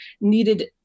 needed